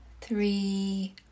three